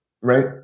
right